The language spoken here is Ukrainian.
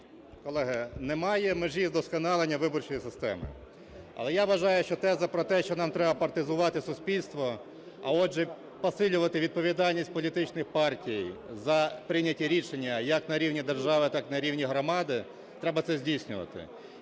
Колеги, немає межі вдосконалення виборчої системи. Але я вважаю, що теза про те, що нам треба партизувати суспільство, а отже, посилювати відповідальність політичних партій за прийняття рішення, як на рівні держави, так на рівні громади, треба це здійснювати.